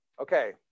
Okay